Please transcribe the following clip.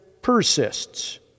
persists